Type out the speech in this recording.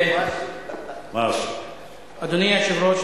אדוני היושב-ראש,